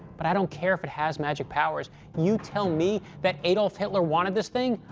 but i don't care if it has magic powers. you tell me that adolf hitler wanted this thing,